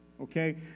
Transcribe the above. okay